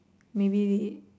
maybe